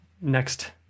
Next